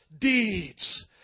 deeds